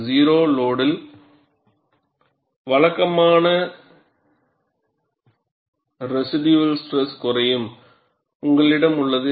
0 லோடுயில் வழக்கமான residual stress முறையும் உங்களிடம் உள்ளது